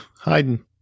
hiding